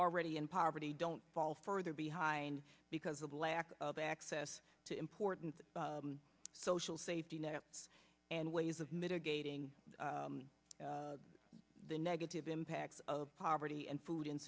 already in poverty don't fall further behind because of lack of access to important social safety net and ways of mitigating the negative impacts of poverty and food